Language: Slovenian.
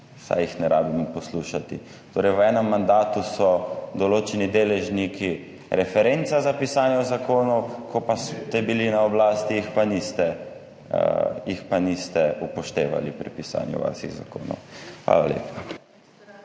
saj jih ne rabimo poslušati. Torej, v enem mandatu so določeni deležniki referenca za pisanje zakonov, ko pa ste bili na oblasti, jih pa niste upoštevali pri pisanju vaših zakonov. Hvala lepa.